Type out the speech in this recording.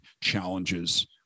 challenges